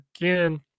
again